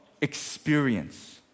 experience